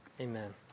amen